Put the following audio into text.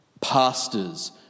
Pastors